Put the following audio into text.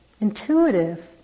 intuitive